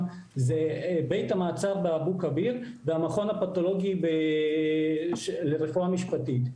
זה בית המעצר באבו כביר והמכון הפתולוגי לרפואה משפטית.